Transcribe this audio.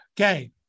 Okay